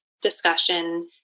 discussion